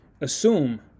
assume